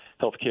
healthcare